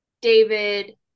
David